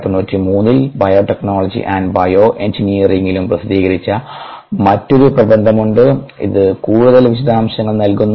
1993 ൽ biotechnology and bio എഞ്ചിനീയറിംഗിലും പ്രസിദ്ധീകരിച്ച മറ്റൊരു പ്രബന്ധമുണ്ട് അത് കൂടുതൽ വിശദാംശങ്ങൾ നൽകുന്നു